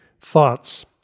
thoughts